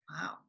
Wow